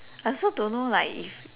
I also don't know like if